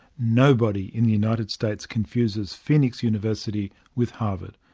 nobody in the united states confuses phoenix university with harvard.